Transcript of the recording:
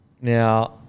Now